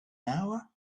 hour